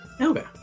Okay